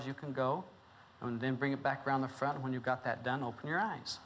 as you can go and then bring it back around the front when you've got that done open your eyes